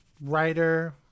writer